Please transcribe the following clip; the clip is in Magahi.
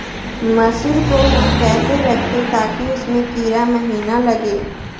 मसूर को हम कैसे रखे ताकि उसमे कीड़ा महिना लगे?